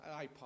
iPod